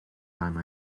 time